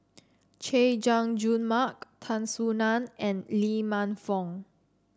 Chay Jung Jun Mark Tan Soo Nan and Lee Man Fong